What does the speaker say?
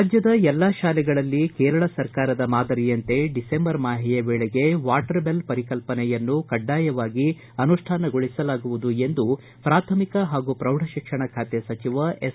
ರಾಜ್ಯದ ಎಲ್ಲಾ ಶಾಲೆಗಳಲ್ಲಿ ಕೇರಳ ಸರ್ಕಾರದ ಮಾದರಿಯಂತೆ ಡಿಸೆಂಬರ್ ಮಾಹೆಯ ವೇಳೆಗೆ ವಾಟರ್ಬೆಲ್ ಪರಿಕಲ್ಪನೆಯನ್ನು ಕಡ್ಡಾಯವಾಗಿ ಅನುಷ್ಠಾನಗೊಳಿಸಲಾಗುವುದು ಎಂದು ಪ್ರಾಥಮಿಕ ಹಾಗೂ ಪ್ರೌಢಶಿಕ್ಷಣ ಖಾತೆ ಸಚಿವ ಎಸ್